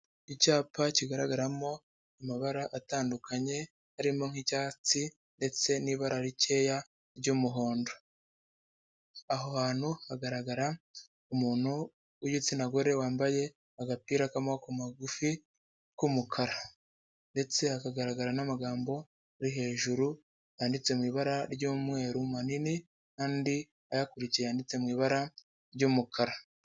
Icyapa kigaragaramo amabara atandukanye, harimo nk'icyatsi ndetse n'ibara rikeya ry'umuhondo. Aho hantu hagaragara umuntu w'igitsina gore wambaye agapira k'amaboko magufi k'umukara ndetse hakagaragara n'amagambo ari hejuru yanditse mu ibara ry'umweru manini andi ayakurikiye yanditse mu ibara ry'umukara.